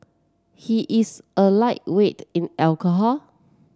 he is a lightweight in alcohol